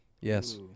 Yes